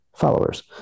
Followers